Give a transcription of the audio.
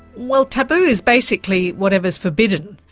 well taboo is basically whatever is forbidden.